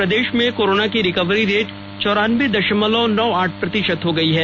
प्रदेश में कोरोना की recovery rate चौरानबे दशमलव नौ आठ प्रतिशत है